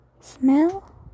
smell